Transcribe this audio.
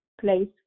place